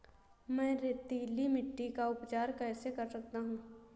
मैं रेतीली मिट्टी का उपचार कैसे कर सकता हूँ?